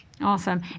Awesome